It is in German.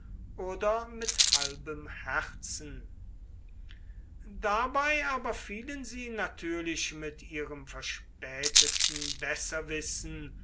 oder mit halbem herzen dabei aber fielen sie natürlich mit ihrem verspäteten